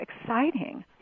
exciting